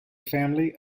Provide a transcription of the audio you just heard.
family